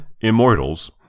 Immortals